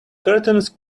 curtains